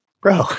bro